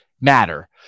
matter